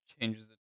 changes